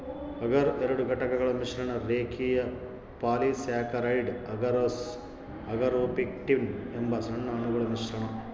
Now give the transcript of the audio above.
ಅಗರ್ ಎರಡು ಘಟಕಗಳ ಮಿಶ್ರಣ ರೇಖೀಯ ಪಾಲಿಸ್ಯಾಕರೈಡ್ ಅಗರೋಸ್ ಅಗಾರೊಪೆಕ್ಟಿನ್ ಎಂಬ ಸಣ್ಣ ಅಣುಗಳ ಮಿಶ್ರಣ